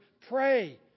pray